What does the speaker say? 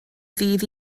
ddydd